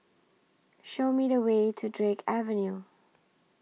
Show Me The Way to Drake Avenue